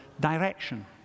direction